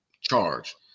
charge